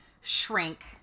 shrink